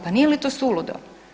Pa nije li to suludo?